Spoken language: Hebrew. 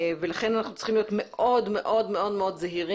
לכן אנחנו צריכים להיות מאוד מאוד זהירים